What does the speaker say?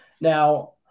Now